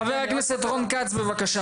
חבר הכנסת רון כץ, בבקשה.